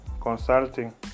consulting